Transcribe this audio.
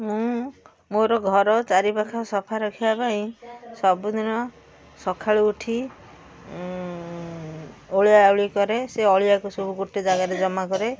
ମୁଁ ମୋର ଘର ଚାରିପାଖ ସଫା ରଖିବା ପାଇଁ ସବୁଦିନ ସକାଳୁ ଉଠି ଓଳା ଓଳି କରେ ସେ ଅଳିଆକୁ ସବୁ ଗୋଟେ ଜାଗାରେ ଜମା କରେ